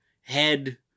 head